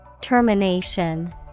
Termination